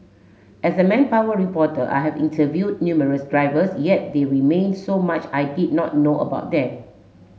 as a manpower reporter I have interviewed numerous drivers yet there remained so much I did not know about them